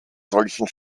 solchen